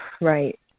Right